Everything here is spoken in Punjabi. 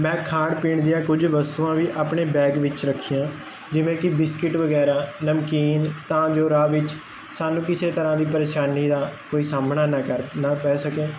ਮੈਂ ਖਾਣ ਪੀਣ ਦੀਆਂ ਕੁਝ ਵਸਤੂਆਂ ਵੀ ਆਪਣੇ ਬੈਗ ਵਿੱਚ ਰੱਖੀਆਂ ਜਿਵੇਂ ਕੀ ਬਿਸਕਿਟ ਵਗੈਰਾ ਨਮਕੀਨ ਤਾਂ ਜੋ ਰਾਹ ਵਿੱਚ ਸਾਨੂੰ ਕਿਸੇ ਤਰ੍ਹਾਂ ਦੀ ਪਰੇਸ਼ਾਨੀ ਦਾ ਕੋਈ ਸਾਹਮਣਾ ਨਾ ਕਰ ਨਾ ਪੈ ਸਕੇ